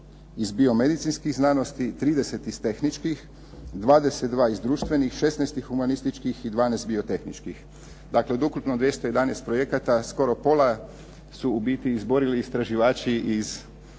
iz biomedicinskih znanosti, 30 iz tehničkih, 22 iz društvenih, 16 iz humanističkih i 12 biotehničkih. Dakle, od ukupno 211 projekata skoro pola su u biti izborili istraživači iz